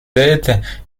date